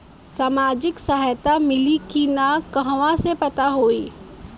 सामाजिक सहायता मिली कि ना कहवा से पता होयी?